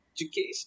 Education